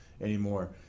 anymore